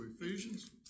Ephesians